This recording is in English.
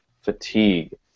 fatigue